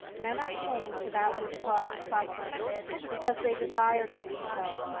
men are chained to that which causes suffering because they desire to be so,